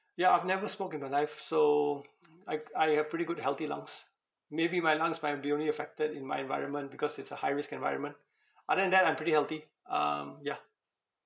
ya I've never smoked in my life so I g~ I have pretty good healthy lungs maybe my lungs might be only affected in my environment because it's a high risk environment other than that I'm pretty healthy um yeah